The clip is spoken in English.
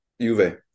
Juve